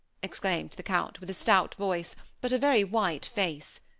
exclaimed the count, with a stout voice, but a very white face.